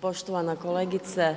Poštovana kolegice,